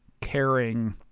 caring